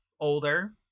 older